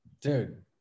dude